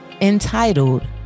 entitled